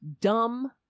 dumb